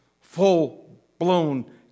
full-blown